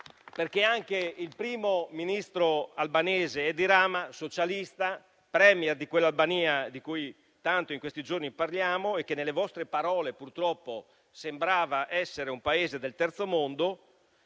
perché anche il primo ministro albanese Edi Rama, socialista, *premier* di quell'Albania di cui tanto in questi giorni parliamo e che nelle vostre parole purtroppo sembra essere un Paese del terzo mondo,